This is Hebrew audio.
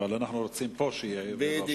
אבל אנחנו רוצים שזה יהיה פה, ולא שם.